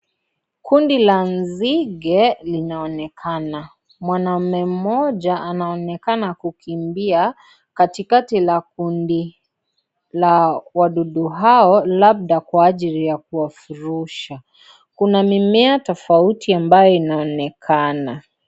Kundi la nzige linaonekana. Mwanaume mmoja, anaonekana kukimbia katikati la kundi la wadudu hao, labda kwa ajili ya kuwafurusha. Kuna mimea tofauti ambayo inaonekana.